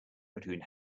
between